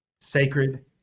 sacred